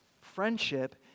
Friendship